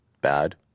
bad